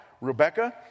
Rebecca